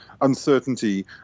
uncertainty